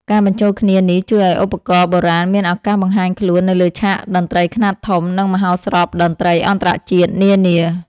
ការបញ្ចូលគ្នានេះជួយឱ្យឧបករណ៍បុរាណមានឱកាសបង្ហាញខ្លួននៅលើឆាកតន្ត្រីខ្នាតធំ និងមហោស្រពតន្ត្រីអន្តរជាតិនានា។